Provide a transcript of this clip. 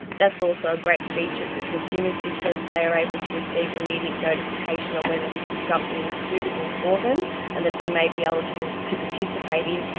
that's also a great feature for consumers because they are able to receive immediate notification on whether this is something that's suitable for them and that they may be eligible to participate in,